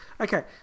okay